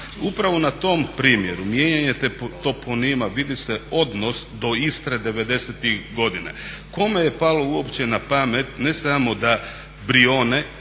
Upravo na tom primjeru mijenjanje toponima vidi se odnos do Istre devedesetih godina. Kome je palo uopće na pamet ne samo da Brijone